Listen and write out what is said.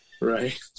Right